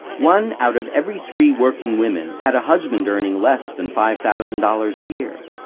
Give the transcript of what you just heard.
one out of every three working women had a husband earning less than five thousand dollars a year.